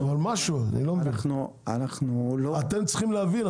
אתם צריכים להבין,